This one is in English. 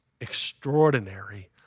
extraordinary